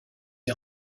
est